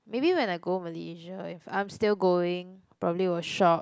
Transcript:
maybe when I go Malaysia if I'm still going probably will shop